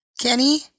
Kenny